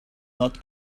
not